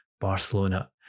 Barcelona